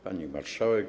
Pani Marszałek!